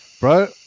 Bro